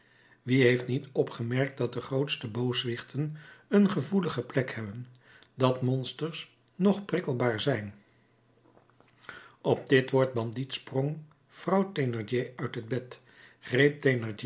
wie heeft niet opgemerkt dat de grootste booswichten een gevoelige plek hebben dat monsters nog prikkelbaar zijn op dit woord bandiet sprong vrouw thénardier uit het bed greep